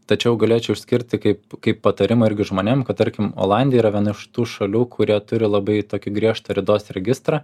tačiau galėčiau išskirti kaip kaip patarimą irgi žmonėm kad tarkim olandija yra viena iš tų šalių kurie turi labai tokį griežtą ridos registrą